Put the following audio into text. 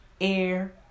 air